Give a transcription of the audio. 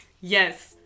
Yes